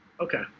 Okay